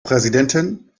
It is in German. präsidentin